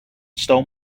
stole